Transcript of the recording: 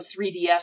3DS